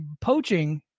poaching